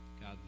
God